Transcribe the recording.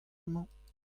emañ